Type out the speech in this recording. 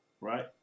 Right